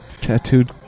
tattooed